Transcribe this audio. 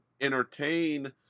entertain